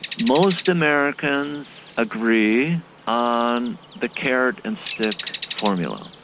most americans agree on the carrot-and-stick formula.